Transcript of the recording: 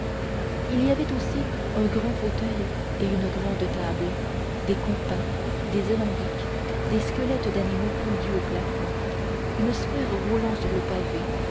il y avait aussi un grand fauteuil et une grande table des compas des alambics des squelettes d'animaux pendus au plafond une sphère roulant sur le pavé